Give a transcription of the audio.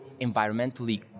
environmentally